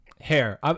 Hair